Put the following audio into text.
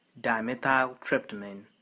dimethyltryptamine